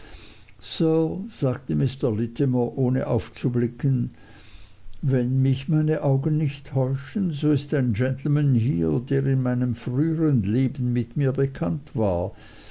sir sagte mr littimer ohne aufzublicken wenn mich meine augen nicht täuschen so ist ein gentleman hier der in meinem früheren leben mit mir bekannt war